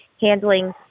handling